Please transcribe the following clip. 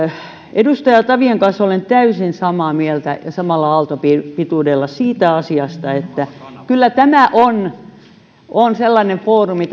edustaja tavion kanssa olen täysin samaa mieltä ja samalla aaltopituudella siitä asiasta että kyllä tämä meidän eduskunnan istuntosali on sellainen foorumi